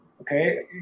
Okay